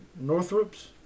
Northrop's